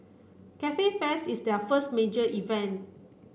Cafe Fest is their first major event